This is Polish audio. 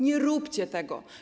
Nie róbcie tego.